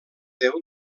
déu